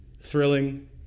thrilling